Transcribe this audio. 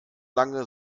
lange